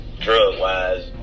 drug-wise